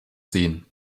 sehen